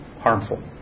harmful